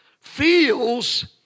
feels